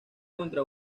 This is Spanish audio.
contra